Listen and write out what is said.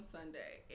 Sunday